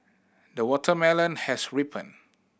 the watermelon has ripened